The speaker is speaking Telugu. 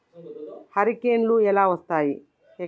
హరికేన్లు ఎలా వస్తాయి?